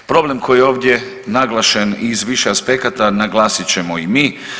Problem koji je ovdje naglašen iz više aspekata naglasit ćemo i mi.